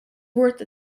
worth